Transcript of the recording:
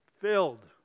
filled